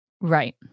Right